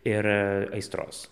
ir aistros